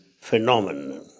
phenomenon